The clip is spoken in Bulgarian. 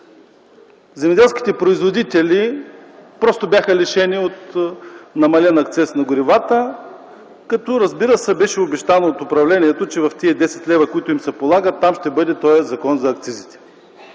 земеделските производители просто бяха лишени от намален акциз на горивата, като, разбира се, беше обещано от управлението, че в тези 10 лв., които им се полагат, ще бъде намален акцизът.